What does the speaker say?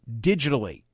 digitally